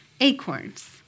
acorns